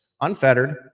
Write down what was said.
unfettered